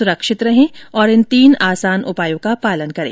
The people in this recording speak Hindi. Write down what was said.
सुरक्षित रहें और इन तीन आसान उपायों का पालन करें